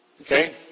Okay